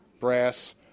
brass